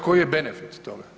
Koji je benefit toga?